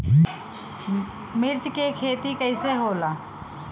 मिर्च के खेती कईसे होला?